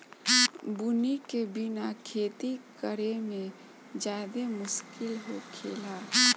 बुनी के बिना खेती करेमे ज्यादे मुस्किल होखेला